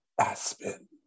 Aspen